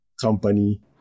company